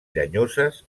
llenyoses